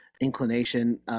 Inclination